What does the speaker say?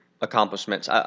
accomplishments